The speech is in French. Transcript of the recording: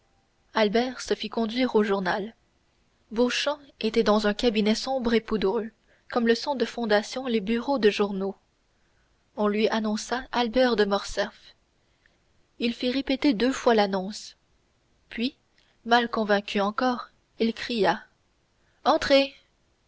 albert se fit conduire au journal beauchamp était dans un cabinet sombre et poudreux comme sont de fondation les bureaux de journaux on lui annonça albert de morcerf il fit répéter deux fois l'annonce puis mal convaincu encore il cria entrez